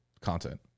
content